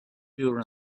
pure